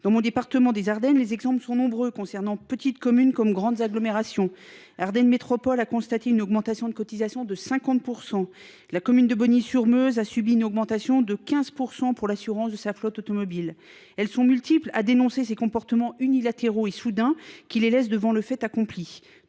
Dans mon département des Ardennes, les exemples sont nombreux, tant dans les petites communes que dans les grandes agglomérations. Ardenne Métropole a constaté une augmentation de sa cotisation de 50 %, la commune de Bogny sur Meuse a subi une augmentation de 15 % pour l’assurance de sa flotte automobile. Nombreuses sont les communes à dénoncer ces comportements unilatéraux et soudains, qui les placent devant le fait accompli.